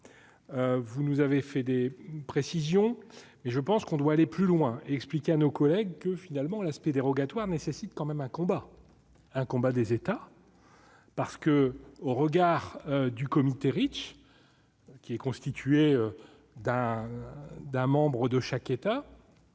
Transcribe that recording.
vous nous avez fait des précisions, mais je pense qu'on doit aller plus loin et expliquer à nos collègues que finalement l'aspect dérogatoire nécessite quand même un combat, un combat des états parce que, au regard du comité riche qui est constitué d'un d'un membre de chaque État